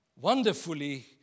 wonderfully